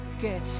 good